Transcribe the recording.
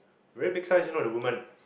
very big sized you know the woman